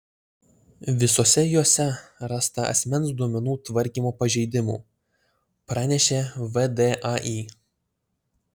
visose jose rasta asmens duomenų tvarkymo pažeidimų pranešė vdai